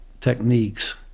techniques